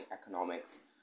economics